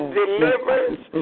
deliverance